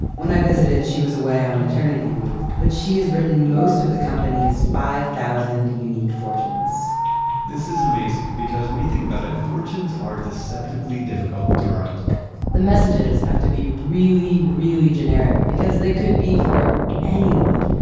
when i visited, she was away on maternity leave, but she has written most of the company's five thousand unique fortunes this is amazing because when you think about it, fortunes are deceptively difficult to write the messages have to be really, really generic because they could be for anyone.